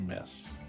Miss